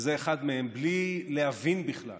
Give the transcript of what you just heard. וזה אחד מהם, בלי להבין בכלל